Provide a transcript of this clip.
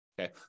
Okay